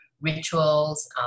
rituals